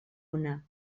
una